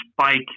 spike